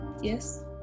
Yes